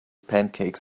pancakes